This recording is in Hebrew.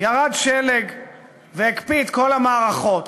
ירד שלג והקפיא את כל המערכות.